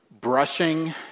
brushing